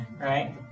right